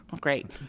great